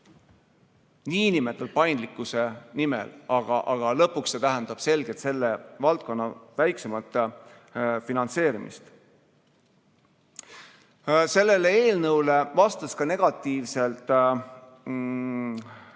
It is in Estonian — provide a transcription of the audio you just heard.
niinimetatud paindlikkuse nimel, aga lõpuks tähendab see selgelt selle valdkonna väiksemat finantseerimist. Sellele eelnõule vastas negatiivselt